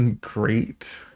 great